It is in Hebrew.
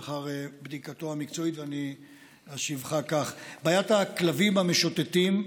ולאחר בדיקתו המקצועית אני אשיבך כך: בעיית הכלבים המשוטטים,